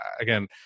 again